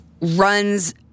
runs